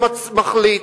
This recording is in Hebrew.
ומחליט,